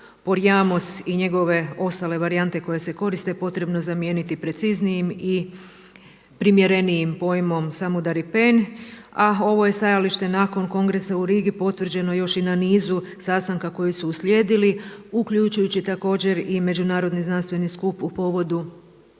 Porajmos i njegove ostale varijante koje se koriste potrebno zamijeniti preciznijim i primjerenijim pojmom Samudaripen a ovo je stajalište nakon kongresa u Rigi potvrđeno još i na nizu sastanka koji su uslijedili uključujući također i Međunarodni znanstveni skup u povodu